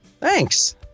Thanks